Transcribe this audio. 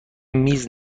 میز